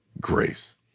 grace